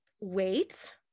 wait